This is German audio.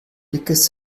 dickes